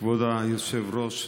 כבוד היושב-ראש,